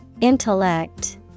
Intellect